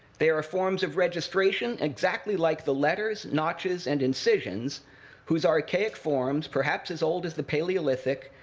they are forms of registration exactly like the letters, notches, and incisions whose archaic forms, perhaps as old as the paleolithic,